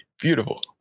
Beautiful